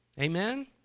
Amen